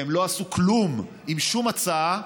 והם לא עשו כלום עם שום הצעה,